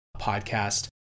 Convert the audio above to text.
podcast